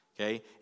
okay